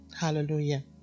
Hallelujah